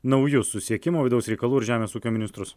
naujus susisiekimo vidaus reikalų ir žemės ūkio ministrus